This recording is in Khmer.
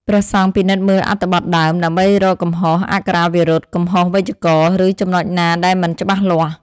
ព្រះសង្ឃពិនិត្យមើលអត្ថបទដើមដើម្បីរកកំហុសអក្ខរាវិរុទ្ធ កំហុសវេយ្យាករណ៍ ឬចំណុចណាដែលមិនច្បាស់លាស់។